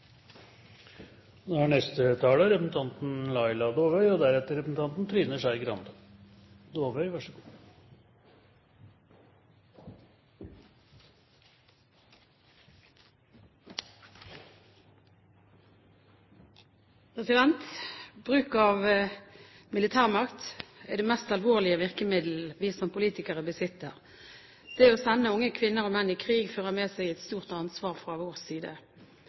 Bruk av militærmakt er det mest alvorlige virkemiddel vi som politikere besitter. Det å sende unge kvinner og menn i krig fører med seg et stort ansvar fra vår side